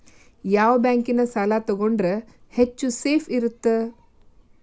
ಯಾವ ಬ್ಯಾಂಕಿನ ಸಾಲ ತಗೊಂಡ್ರೆ ಹೆಚ್ಚು ಸೇಫ್ ಇರುತ್ತಾ?